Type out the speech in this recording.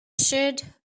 should